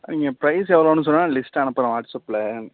நீங்கள் பிரைஸ் எவ்வளோன்னு சொன்னா லிஸ்ட் அனுப்புறோம் வாட்ஸ் அப்பில்